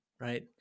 right